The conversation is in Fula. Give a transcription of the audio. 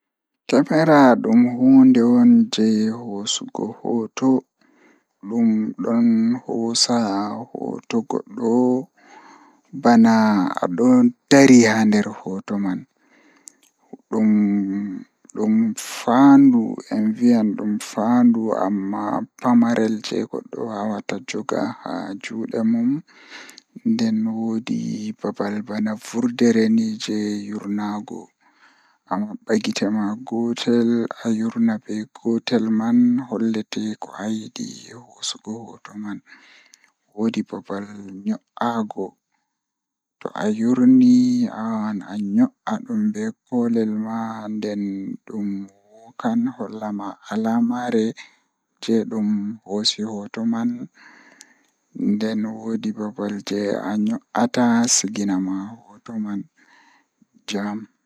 Máyusinii ngorko ɗum ko tuɓɓorde moƴƴi e maɓɓe waɗata hollirde nguuɗu ɗum. Ko ɗum waɗata laawol waɗndude nguuɗu feɗɗere ngam, nguuɗu ngal ɗum maɓɓe hollude feɗɗere ngal.